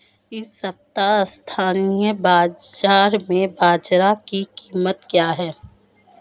इस सप्ताह स्थानीय बाज़ार में बाजरा की कीमत क्या है?